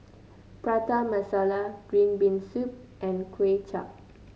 Prata Masala Green Bean Soup and Kuay Chap